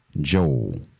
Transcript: Joel